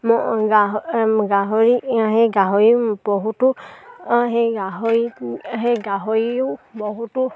মই গাহৰি সেই গাহৰি বহুতো সেই গাহৰি সেই গাহৰিয়েও বহুতো